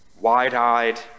wide-eyed